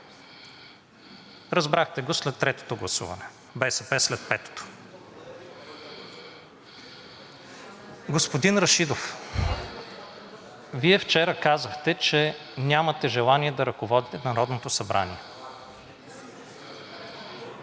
Разбрахте го след третото гласуване, а БСП след петото. Господин Рашидов, Вие вчера казахте, че нямате желание да ръководите Народното събрание.